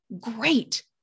Great